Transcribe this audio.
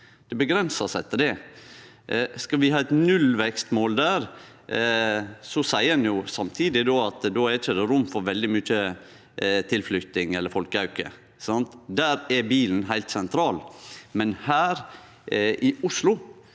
Det avgrensar seg til det. Skal vi ha eit nullvekstmål der, seier ein samtidig at då er det ikkje rom for veldig mykje tilflytting eller folkeauke, for der er bilen heilt sentral. Men her i Oslo